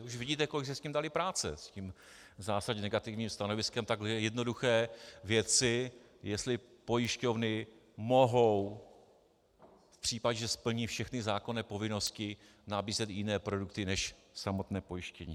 Už vidíte, kolik si s tím dali práce, s tím zásadně negativním stanoviskem k tak jednoduché věci, jestli pojišťovny mohou v případě, že splní všechny zákonné povinnosti, nabízet i jiné produkty než samotné pojištění.